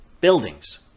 buildings